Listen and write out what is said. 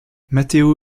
matteo